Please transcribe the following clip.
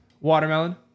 Watermelon